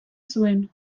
zuen